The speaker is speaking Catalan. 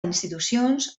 institucions